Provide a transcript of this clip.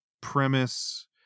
premise